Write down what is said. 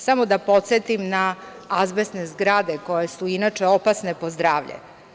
Samo da podsetim na azbestne zgrade koje su inače opasne po zdravlje.